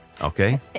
okay